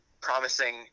promising